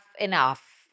enough